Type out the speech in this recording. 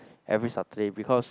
every Saturday because